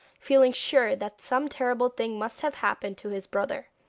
feeling sure that some terrible thing must have happened to his brother.